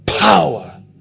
Power